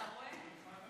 אתה רואה?